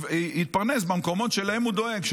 שיתפרנס במקומות שלהם הוא דואג,